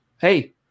Hey